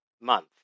Month